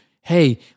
Hey